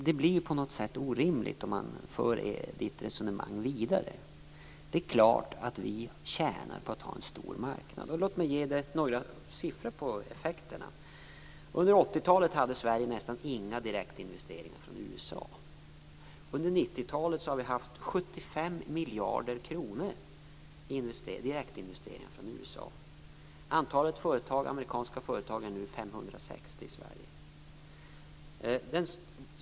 Det blir orimligt om man för Marianne Samuelssons resonemang vidare. Det är klart att vi tjänar på att ha en stor marknad. Låt mig ge några siffror på effekterna. Under 80-talet hade Sverige nästan inga direktinvesteringar från USA. Under 90-talet har vi haft 75 miljarder kronor i direktinvesteringar från USA. Antalet amerikanska företag är nu 560 i Sverige.